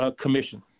commission